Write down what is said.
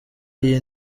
iyi